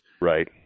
Right